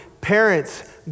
parents